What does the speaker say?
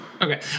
Okay